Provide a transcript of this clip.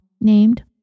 named